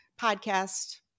podcast